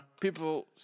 People